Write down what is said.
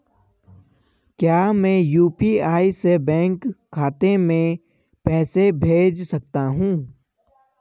क्या मैं यु.पी.आई से बैंक खाते में पैसे भेज सकता हूँ?